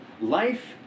Life